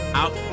out